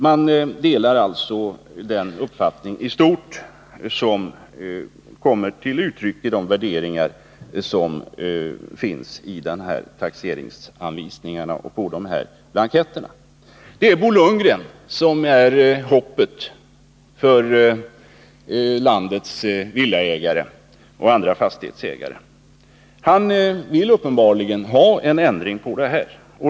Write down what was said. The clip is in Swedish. Man delar i stort den uppfattning som kommer till uttryck i de värderingar som finns i taxeringsanvisningarna på blanketterna. Det är Bo Lundgren som utgör hoppet för landets villaägare och andra fastighetsägare. Han vill uppenbarligen ha en ändring på detta.